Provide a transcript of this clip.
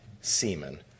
semen